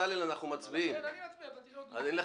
מי בעד